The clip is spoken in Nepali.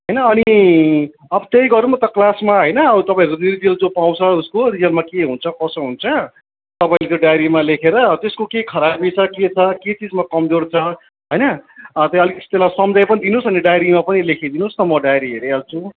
होइन अनि अब त्यही गरौँ न त क्लासमा होइन अब तपाईँहरूको जो पाउँछ उसको रिजल्टमा के हुन्छ कसो हुन्छ तपाईँले त्यो डायरीमा लेखेर त्यसको के खराबी छ के छ के चिजमा कमजोर छ होइन अँ त्यो अलिकति त्यसलाई सम्झाई पनि दिनुहोस् अनि डायरीमा पनि लेखिदिनु होस् न म डायरी हेरिहाल्छु